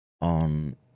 on